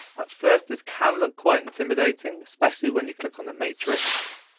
at first this can look quite intimidating, especially when you click on the matrix.